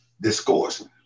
discourse